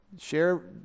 share